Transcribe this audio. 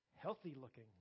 healthy-looking